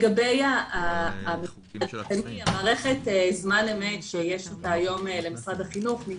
התחלנו בזמנו כפיילוט עם מערכת זמן אמת שיש היום למשרד החינוך.